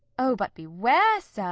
o, but beware, sir!